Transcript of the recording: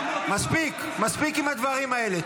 --- מספיק, מספיק עם הדברים האלה.